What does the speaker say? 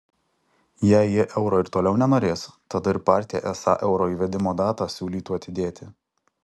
jei jie euro ir toliau nenorės tada ir partija esą euro įvedimo datą siūlytų atidėti